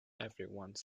everyone